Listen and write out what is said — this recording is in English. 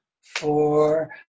four